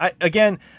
Again